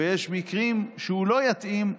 ויש מקרים שהוא לא יתאים לנאשמות.